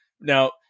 Now